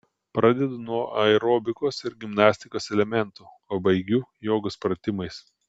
pradedu nuo aerobikos ir gimnastikos elementų o baigiu jogos pratimais